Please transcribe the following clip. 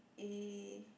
A